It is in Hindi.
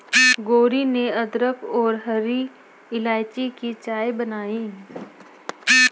गौरी ने अदरक और हरी इलायची की चाय बनाई